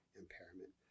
impairment